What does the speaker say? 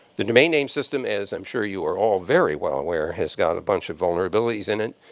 the domain name system, as i'm sure you are all very well aware, has got a bunch of vulnerabilities in it.